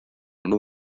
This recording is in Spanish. uno